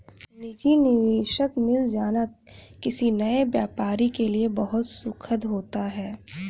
निजी निवेशक मिल जाना किसी नए व्यापारी के लिए बहुत सुखद होता है